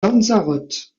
lanzarote